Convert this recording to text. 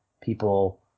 people